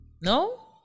No